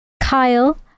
Kyle